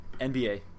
NBA